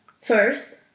First